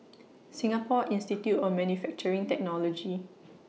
Singapore Institute of Manufacturing Technology